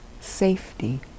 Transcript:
safety